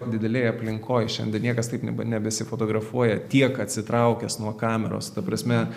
didelėj aplinkoj šiandien niekas taip ne nebesi fotografuoja tiek atsitraukęs nuo kameros ta prasme